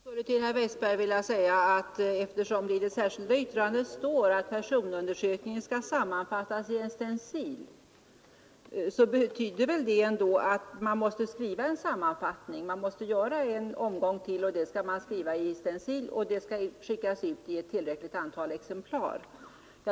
Herr talman! Till herr Westberg i Ljusdal vill jag säga att eftersom det i det särskilda yttrandet står att personundersökningen skall sammanfattas på en stencil, så betyder det ändå att man måste skriva en sammanfattning. Det måste göras en omgång på stencil och skickas ut i tillräckligt antal exemplar.